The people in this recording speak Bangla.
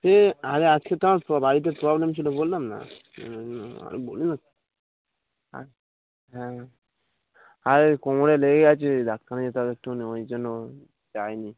সে আরে আজকে তোমার বাড়িতে প্রবলেম ছিলো বললাম না আর বলিস না হ্যাঁ আরে কোমরে লেগে গেছে ডাক্তারখানা যেতে হবে একটু ওই জন্য যায় নি